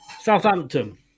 Southampton